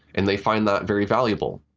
and they find that very valuable.